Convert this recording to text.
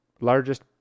largest